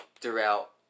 throughout